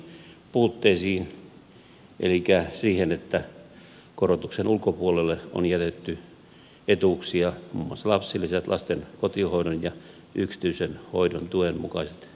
elikkä siihen että korotuksen ulkopuolelle on jätetty etuuksia muun muassa lapsilisät lasten kotihoidon ja yksityisen hoidon tuen mukaiset etuudet